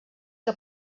que